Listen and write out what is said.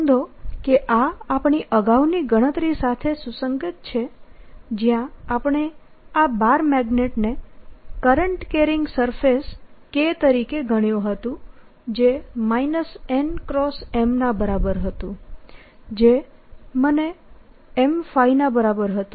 નોંધો કે આ આપણી અગાઉની ગણતરી સાથે સુસંગત છે જ્યાં આપણે આ બાર મેગ્નેટને કરંટ કેરીંગ સરફેસ k તરીકે ગણ્યું હતું જે n M ના બરાબર હતું જે M ના બરાબર હતું